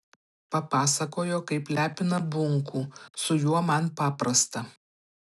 papasakojo kaip lepina bunkų su juo man paprasta